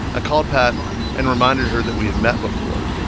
ah called pat and reminded her that we had met before.